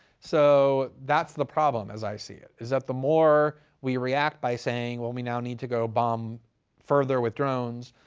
so that's the problem, as i see it. is that the more we react by saying, well, we now need to go bomb further with drones,